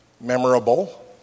memorable